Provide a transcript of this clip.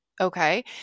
Okay